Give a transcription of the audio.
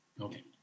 Okay